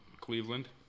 Cleveland